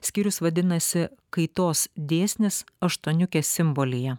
skyrius vadinasi kaitos dėsnis aštuoniukė simbolyje